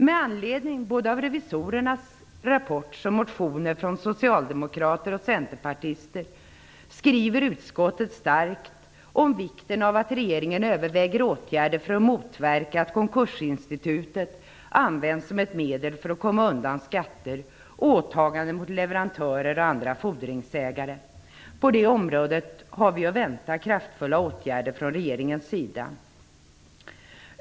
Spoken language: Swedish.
Med anledning av såväl revisorernas rapport som motioner från socialdemokrater och centerpartister skriver utskottet starkt om vikten av att regeringen överväger åtgärder för att motverka att konkursinstitutet används som ett medel för att komma undan skatter och åtaganden mot leverantörer och andra fodringsägare. På detta område har vi att vänta kraftfulla åtgärder från regeringens sida.